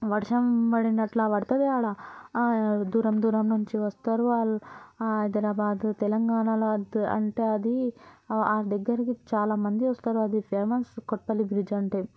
వర్షం పడినట్లు పడతుంది అక్కడ దూరం దూరం నుంచి వస్తారు హైదరాబాదు తెలంగాణలో అంటే అది దగ్గరకు చాలామంది వస్తారు అది ఫేమస్ కొప్పల్లి బ్రిడ్జి అంటే